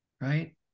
right